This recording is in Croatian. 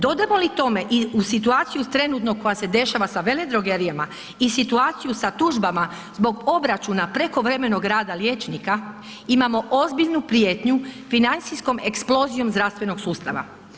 Dodamo li tome i situaciju trenutno koja se dešava sa veledrogerijama i situaciju sa tužbama zbog obračuna prekovremenog rada liječnika, imamo ozbiljnu prijetnju financijskom eksplozijom zdravstvenog sustava.